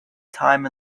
time